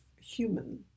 human